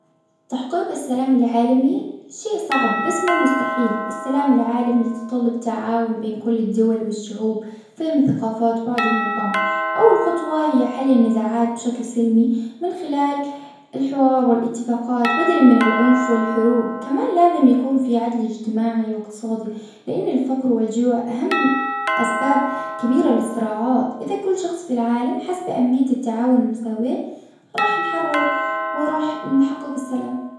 تحقيق السلام العالمي شيء صعب بس مو مستحيل، السلام العالمي يتطلب تعاون بين كل الدول والشعوب، فهم ثقافات بعضهم البعض، أول خطوة هي حل النزاعات بشكل سلمي، من خلال الحوار والإتفاقات، بدلا من العنف والحروب، كمان لازم يكون في عدل إجتماعي والإقتصادي، لإن الفقر والجوع أهم أسباب كبيرة للصراعات، إذا كل شخص في العالم حس بأهمية التعاون والمساوة، راح نتحرر وراح نحقق السلام.